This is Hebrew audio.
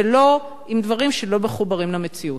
ולא עם דברים שלא מחוברים למציאות.